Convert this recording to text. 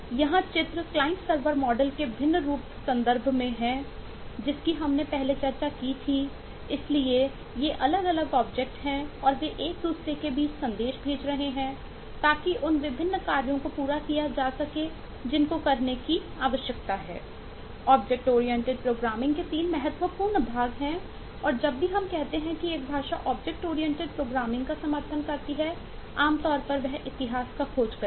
यहाँ चित्र client server model का समर्थन करती है आमतौर पर इतिहास की खोज करेगी